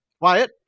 Wyatt